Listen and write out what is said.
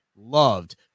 loved